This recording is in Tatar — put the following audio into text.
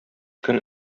көн